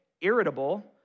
irritable